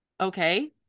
okay